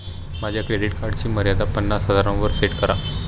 माझ्या क्रेडिट कार्डची मर्यादा पन्नास हजारांवर सेट करा